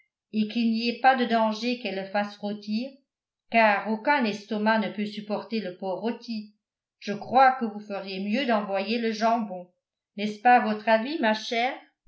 et qu'il n'y ait pas de danger qu'elles le fassent rôtir car aucun estomac ne peut supporter le porc rôti je crois que vous feriez mieux d'envoyer le jambon n'est-ce pas votre avis ma chère